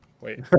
Wait